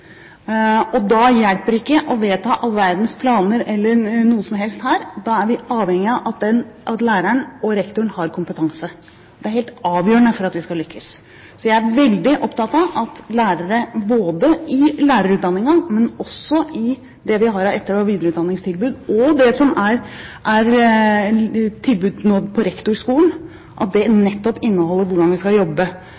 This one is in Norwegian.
Da hjelper det ikke å vedta all verdens planer eller noe som helst. Da er vi avhengig av at læreren og rektoren har kompetanse. Det er helt avgjørende for at vi skal lykkes. Jeg er veldig opptatt av at både lærerutdanningen og det vi har av etter- og videreutdanningstilbud – og det som nå tilbys på rektorskolen – nettopp inneholder hvordan vi skal jobbe med et godt læringsmiljø. Så ligger det